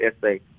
essay